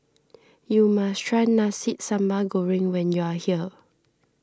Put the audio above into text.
you must try Nasi Sambal Goreng when you are here